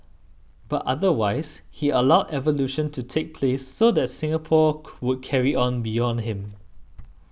but otherwise he allowed evolution to take place so that Singapore would carry on beyond him